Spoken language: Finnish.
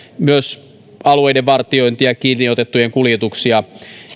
myös alueiden vartiointia kiinni otettujen kuljetuksia